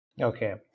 Okay